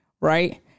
right